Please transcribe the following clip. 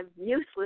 useless